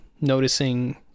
Noticing